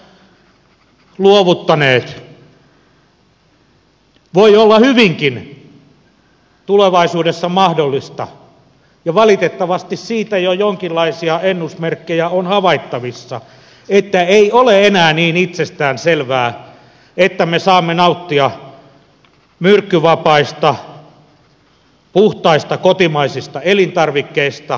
voi olla hyvinkin tulevaisuudessa mahdollista ja valitettavasti siitä jo jonkinlaisia ennusmerkkejä on havaittavissa että ei ole enää niin itsestään selvää että me saamme nauttia myrkkyvapaista puhtaista kotimaisista elintarvikkeista